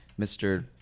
Mr